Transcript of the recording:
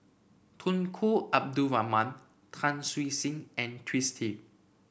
Tunku Abdul Rahman Tan Siew Sin and Twisstii